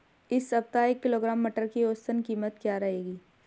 इस सप्ताह एक किलोग्राम मटर की औसतन कीमत क्या रहेगी?